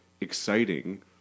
exciting